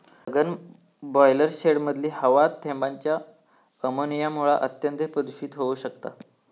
सघन ब्रॉयलर शेडमधली हवा थेंबांच्या अमोनियामुळा अत्यंत प्रदुषित होउ शकता